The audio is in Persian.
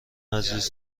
عزیز